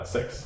Six